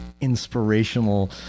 inspirational